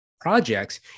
projects